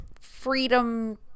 freedom